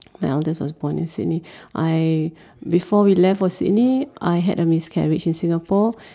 my eldest was born in Sydney I before we left for Sydney I had a miscarriage in Singapore